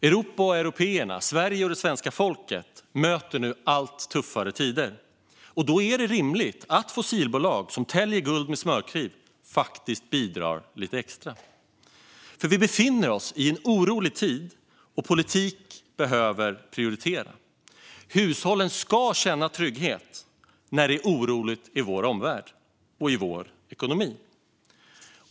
Europa och européerna och Sverige och svenska folket möter nu allt tuffare ekonomiska tider. Då är det rimligt att fossilbolag som skär guld med täljkniv faktiskt bidrar lite extra. För vi befinner oss i en orolig tid, och politiken behöver prioritera. Hushållen ska känna trygghet när det är oroligt i vår omvärld och i vår ekonomi.